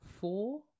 four